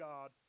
God